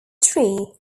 tree